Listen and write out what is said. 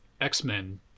X-Men